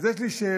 אז יש לי שאלה,